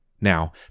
Now